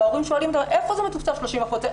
וההורים שואלים איפה זה מתוקצב 30% יותר?